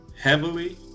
heavily